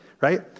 right